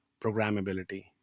programmability